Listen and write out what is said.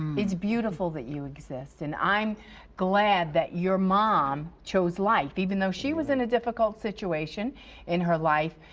it's beautiful that you exist. and i'm glad that your mom chose life even though she was in a difficult situation in her life,